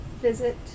visit